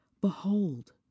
Behold